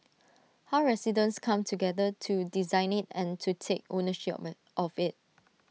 how residents come together to design IT and to take ownership of of IT